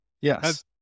yes